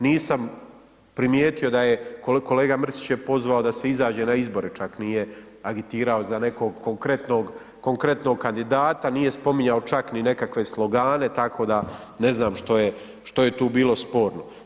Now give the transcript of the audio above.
Nisam primijetio da je, kolega Mrsić je pozvao da se izađe na izbore, čak nije agitirao za nekog konkretnog kandidata, nije spominjao čak ni nekakve slogane tako da ne znam što je tu bilo sporno.